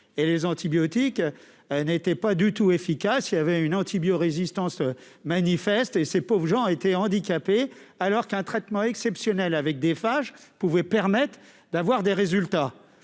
les antibiotiques ne sont pas du tout efficaces, en raison d'une antibiorésistance manifeste. Ces pauvres gens étaient handicapés, alors qu'un traitement exceptionnel à base de phages aurait permis d'obtenir des résultats.